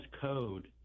code